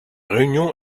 réunion